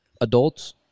adults